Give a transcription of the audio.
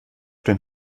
den